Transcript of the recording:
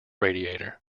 radiator